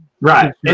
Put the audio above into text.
Right